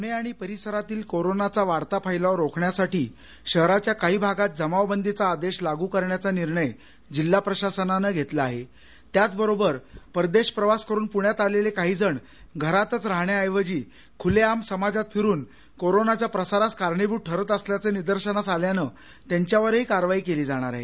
प्णे आणि परिसरातील कोरोनाचा वाढता फैलाव रोखण्यासाठी शहराच्या काही भागात जमावबंदीचा आदेश लागू करण्याचा निर्णय जिल्हा प्रशासनानं घेतला आहे त्याचबरोबर परदेश प्रवास करून पृण्यात आलेले काही जण घरातच राहण्याऐवजी खुलेआम समाजात फिरून कोरोनाच्या प्रसारास कारणीभूत ठरत असल्याचं निदर्शनास आल्यानं त्यांच्यावरही कारवाई केली जाणार आहे